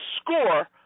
score